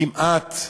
כמעט,